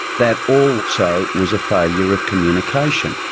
that also was a failure of communication.